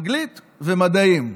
באנגלית ובמדעים.